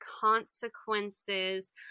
Consequences